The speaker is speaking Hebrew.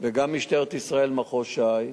וגם משטרת ישראל, מחוז ש"י,